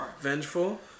vengeful